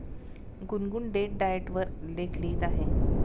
गुनगुन date diet वर लेख लिहित आहे